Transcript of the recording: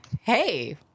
Hey